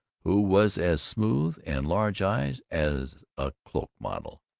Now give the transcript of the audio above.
who was as smooth and large-eyed as a cloak-model.